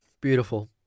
Beautiful